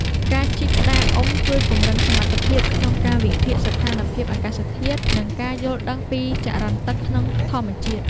ការជិះក្តារអុំជួយពង្រឹងសមត្ថភាពក្នុងការវិភាគស្ថានភាពអាកាសធាតុ និងការយល់ដឹងពីចរន្តទឹកក្នុងធម្មជាតិ។